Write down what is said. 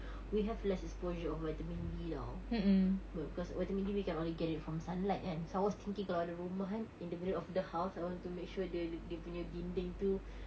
we have less exposure of vitamin D [tau] but because vitamin D we can only get it from sunlight kan so I was thinking kalau ada rumah kan in the middle of the house I want to make sure the dia punya dinding tu